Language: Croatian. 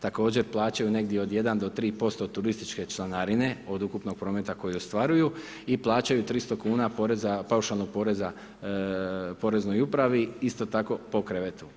Također plaćaju negdje od 1-3% turističke članarine, od ukupnog prometa koji ostvaruju i plaćaju 300 kn paušalnog poreza poreznoj upravi, isto tako po krevetu.